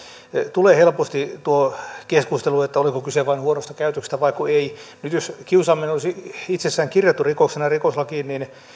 tulee helposti tuo keskustelu että oliko kyse vain huonosta käytöksestä vaiko ei nyt jos kiusaaminen olisi itsessään kirjattu rikoksena rikoslakiin niin